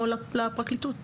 או לפרקליטות